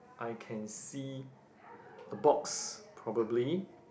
I can see a box probably